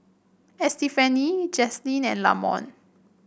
Estefany Jazlyn and Lamont